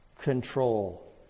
control